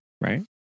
right